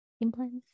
implants